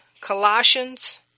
Colossians